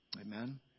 Amen